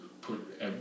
put